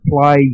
play